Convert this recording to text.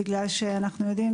כי אנו יודעים